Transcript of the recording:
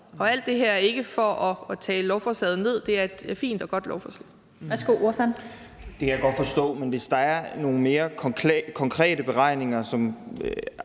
alt det her er ikke for at tale lovforslaget ned; det er et fint og godt lovforslag.